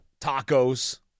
tacos